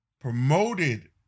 promoted